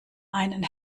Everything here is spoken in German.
einen